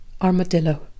Armadillo